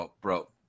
bro